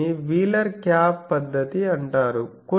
దీనిని wheeler cap పద్ధతి అంటారు